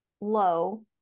low